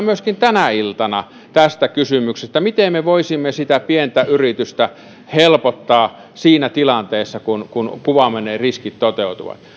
myöskin tänä iltana keskustellaan tästä kysymyksestä miten me voisimme pientä yritystä helpottaa siinä tilanteessa kun kun kuvaamanne riskit toteutuvat